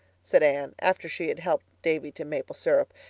said anne, after she had helped davy to maple syrup,